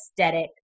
aesthetic